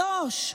דבר שלישי,